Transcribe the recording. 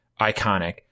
iconic